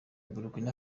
burkina